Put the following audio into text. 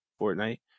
Fortnite